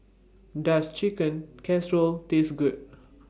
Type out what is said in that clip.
Does Chicken Casserole Taste Good